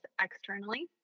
externally